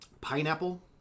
Pineapple